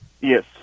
Yes